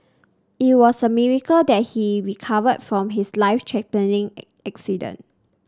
it was a miracle that he recovered from his life threatening accident